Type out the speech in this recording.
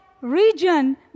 region